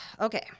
Okay